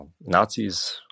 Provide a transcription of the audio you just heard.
Nazis